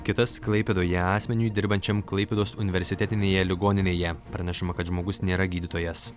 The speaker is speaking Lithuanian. kitas klaipėdoje asmeniui dirbančiam klaipėdos universitetinėje ligoninėje pranešama kad žmogus nėra gydytojas